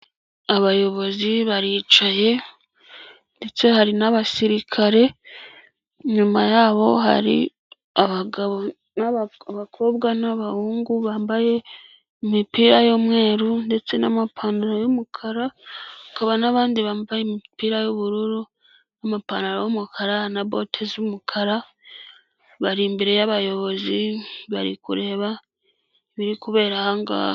Abayobozi baricaye ndetse hari n'abasirikare, inyuma yabo hari abakobwa n'abahungu bambaye imipira y'umweru ndetse n'amapantaro y'umukara, hakaba n'abandi bambaye imipira y'ubururu n'amapantaro y'umukara na bote z'umukara, bari imbere y'abayobozi bari kureba ibiri kubera aha ngaha.